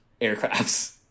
aircrafts